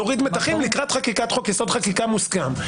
נוריד מתחים לקראת חקיקת חוק יסוד: חקיקה מוסכם.